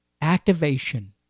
activation